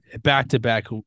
back-to-back